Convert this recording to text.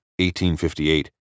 1858